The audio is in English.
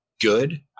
Good